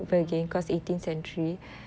mm